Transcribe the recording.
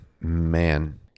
man